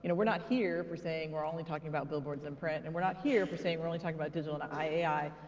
and we're not here if we're saying we're only talking about billboards and print. and we're not here if we're saying we're only talking about digital and ai.